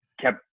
kept